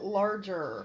larger